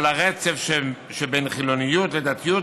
על הרצף שבין חילוניות לדתיות,